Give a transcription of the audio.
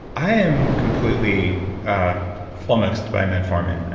i am completely flummoxed by metformin.